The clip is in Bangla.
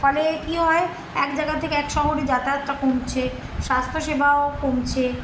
ফলে কি হয় এক জায়গা থেকে এক শহরে যাতায়াত কমছে স্বাস্থ্যসেবাও কমছে